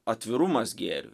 atvirumas gėriui